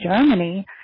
germany